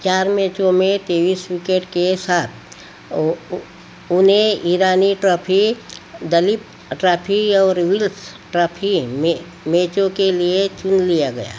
चार मैचों में तेईस विकेट के साथ उन्हें ईरानी ट्रॉफी दिलीप ट्रॉफी और विल्स ट्रॉफी में मैचों के लिए चुन लिया गया